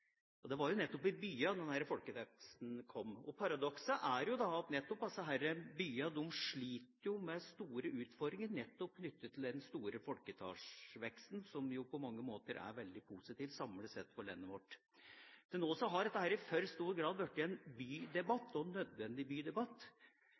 Det var jo nettopp i byene at denne folkeveksten kom. Paradokset er da at disse byene sliter med store utfordringer knyttet til nettopp den store folketallsveksten, som jo på mange måter er veldig positiv, samlet sett, for landet vårt. Til nå har dette i for stor grad blitt en